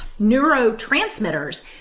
neurotransmitters